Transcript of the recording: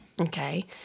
Okay